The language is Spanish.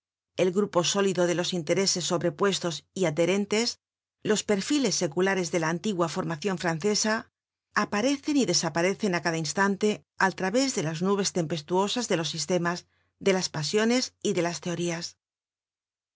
el grupo sólido de los intereses sobrepuestos y adherentes los perfiles seculares de la antigua formacion francesa aparecen y desaparecen á cada instante al través de las nubes tempestuosas de los sistemas de las pasiones y de las teorías